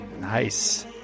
Nice